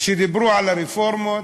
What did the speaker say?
שדיברו על הרפורמות,